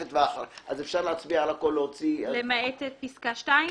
אפשר להצביע על הכול למעט פסקה (2)?